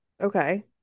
Okay